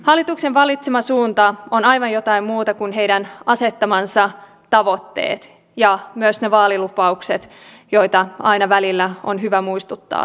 hallituksen valitsema suunta on aivan jotain muuta kuin sen asettamat tavoitteet ja myös ne vaalilupaukset joista aina välillä on hyvä muistuttaa täällä